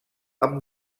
amb